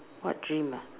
what dream ah